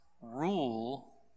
rule